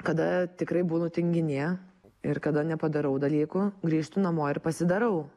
kada tikrai būnu tinginė ir kada nepadarau dalykų grįžtu namo ir pasidarau